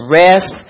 rest